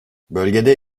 bölgede